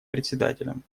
председателям